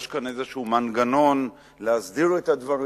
יש כאן איזה מנגנון להסדיר את הדברים,